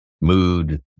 mood